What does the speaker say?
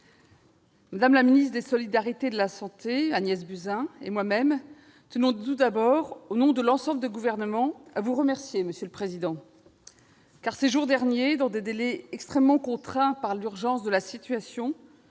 Mme la ministre des solidarités et de la santé, Agnès Buzyn, et moi-même tenons, au nom de l'ensemble du Gouvernement, à vous remercier, monsieur le président du Sénat, car, ces jours derniers et dans les délais extrêmement contraints par l'urgence de la situation,